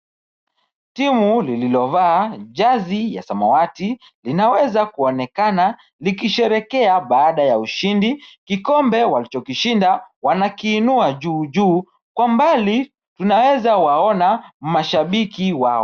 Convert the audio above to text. Timu lililovaa jazi ya samawati linaweza kuonekana likisherehekea baada ya ushindi, kikombe walichokishinda wanakiinua juu juu. Kwa mbali tunaweza waona mashabiki wao.